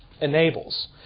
enables